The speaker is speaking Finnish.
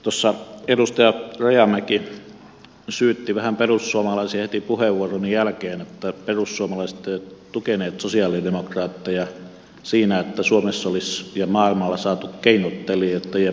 tuossa edustaja rajamäki syytti vähän perussuomalaisia heti puheenvuoroni jälkeen että perussuomalaiset eivät ole tukeneet sosialidemokraatteja siinä että suomessa ja maailmalla olisi saatu keinottelijoitten ja pank kien rahanahneus kuriin